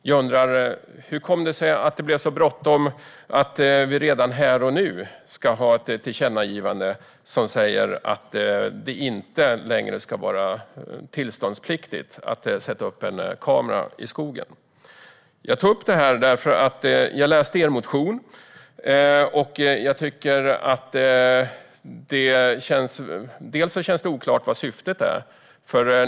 Jag undrar hur det kom sig att det blev så bråttom att vi redan här och nu ska ha ett tillkännagivande om att det inte längre ska vara tillståndspliktigt att sätta upp en kamera i skogen. Jag tog upp detta därför att jag har läst er motion och tycker att det känns oklart vad syftet är.